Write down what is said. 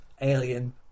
alien